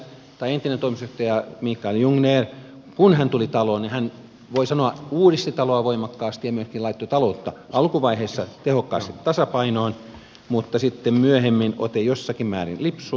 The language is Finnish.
kun entinen toimitusjohtaja mikael jungner tuli taloon niin hän voi sanoa uudisti taloa voimakkaasti ja myöskin laittoi taloutta alkuvaiheessa tehokkaasti tasapainoon mutta sitten myöhemmin ote jossakin määrin lipsui